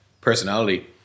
personality